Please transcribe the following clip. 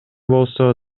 болсо